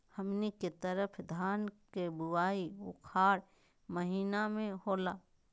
हमनी के तरफ धान के बुवाई उखाड़ महीना में होला